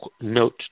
note